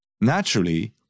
Naturally